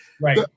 Right